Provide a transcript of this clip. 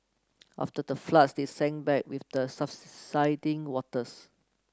after the floods they sink back with the subsiding waters